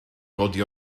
godi